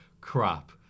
crap